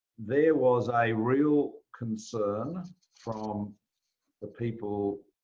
there was a real concern from the people,